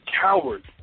coward